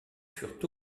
furent